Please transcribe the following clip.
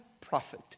prophet